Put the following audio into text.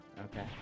Okay